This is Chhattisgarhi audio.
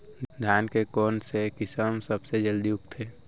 धान के कोन से किसम सबसे जलदी उगथे?